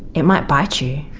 it might bite you.